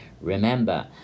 Remember